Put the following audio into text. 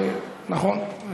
נכון,